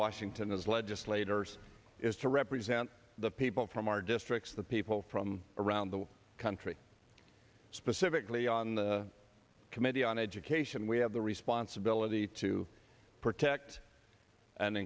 washington is legislators is to represent the people from our districts the people from around the country specifically on the committee on education we have the responsibility to protect and